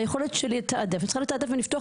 היכולת שלי לתעדף אני צריכה לתעדף בין לפתוח